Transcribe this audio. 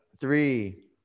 three